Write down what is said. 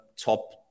top